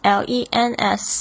lens